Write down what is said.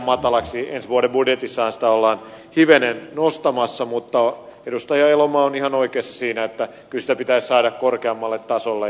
ensi vuoden budjetissahan sitä ollaan hivenen nostamassa mutta edustaja elomaa on ihan oikeassa siinä että kyllä sitä pitäisi saada korkeammalle tasolle